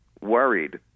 worried